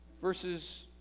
Verses